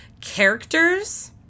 characters